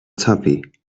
tuppy